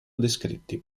descritti